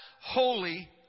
holy